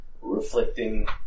Reflecting